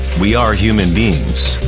we are human beings,